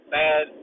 bad